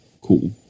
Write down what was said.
cool